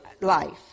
life